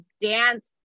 dance